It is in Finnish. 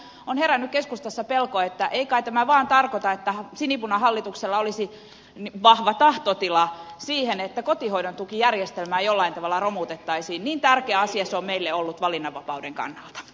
nyt meillä on herännyt keskustassa pelko että ei kai tämä vaan tarkoita että sinipunahallituksella olisi vahva tahtotila siihen että kotihoidontukijärjestelmää jollain tavalla romutettaisiin niin tärkeä asia se on meille ollut valinnanvapauden kannalta